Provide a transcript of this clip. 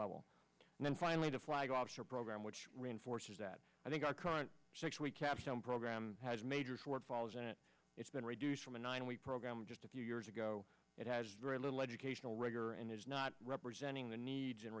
level and then finally to flag officer program which reinforces that i think our current capstone program has major shortfalls in it it's been reduced from a nine week program just a few years ago it has very little educational rigor and is not representing the needs